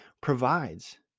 provides